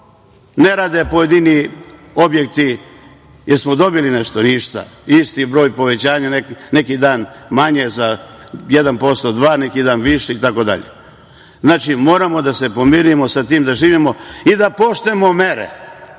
ne rade pojedini objekti? Da li smo dobili nešto? Ništa. Isti broj povećanja, neki dan manje za 1%, 2%, a neki dan više itd. Znači, moramo da se pomirimo, sa tim da živimo i da poštujemo mere.